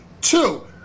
Two